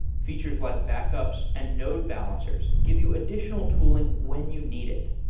features like backups and node balancers give you additional tooling when you need it.